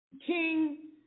King